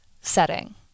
setting